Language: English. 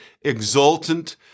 exultant